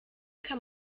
kann